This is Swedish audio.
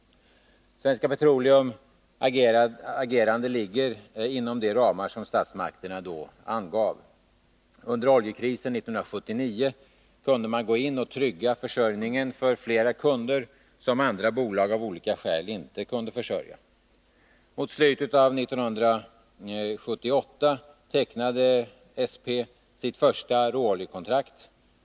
Svenska Petroleums agerande ligger inom de ramar som statsmakterna då angav. Under oljekrisen 1979 kunde man gå in och trygga försörjningen för flera kunder som andra bolag av olika skäl inte kunde försörja. Motslutet av 1978 fick SP sitt första råoljekontrakt.